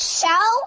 show